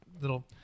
little